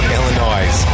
Illinois